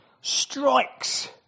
strikes